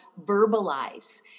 verbalize